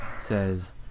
says